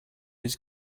his